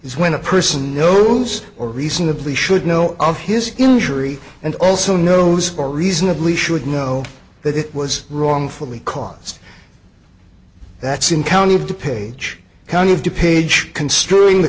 is when a person knows or reasonably should know of his injury and also knows or reasonably should know that it was wrongfully cause that's in county of the page county of to page construing the